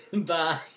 bye